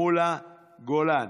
פטין מולא ומאי גולן,